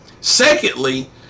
Secondly